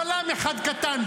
בלם אחד קטן,